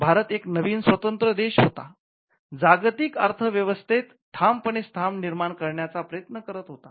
भारत एक नवीन स्वतंत्र देश होता जो जागतिक अर्थव्यवस्थेत ठामपणे स्थान निर्माण करण्याचा प्रयत्न करत होता